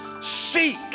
seek